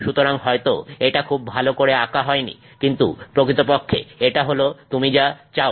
সুতরাং হয়তো এটা খুব ভালো করে আঁকা হয়নি কিন্তু প্রকৃতপক্ষে এটা হল তুমি যা চাও